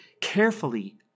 carefully